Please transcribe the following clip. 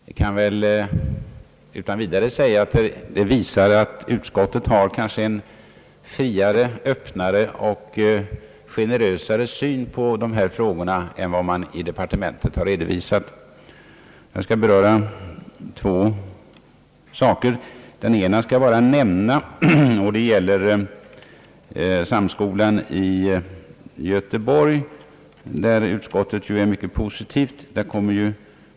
Jag kan väl utan vidare säga, att utlåtandet visar att utskotet har en friare, öppnare och generösare syn på dessa frågor än departementet har redovisat. Jag skall beröra två saker. Den ena skall jag bara nämna. Det gäller samskolan i Göteborg. Där är ju utskottet mycket positivt.